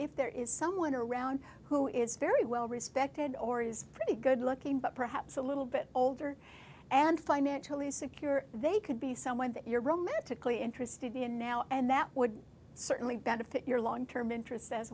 if there is someone around who is very well respected or is pretty good looking but perhaps a little bit older and financially secure they could be someone that you're romantically interested in now and that would certainly benefit your long term interests as